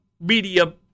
media